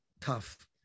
tough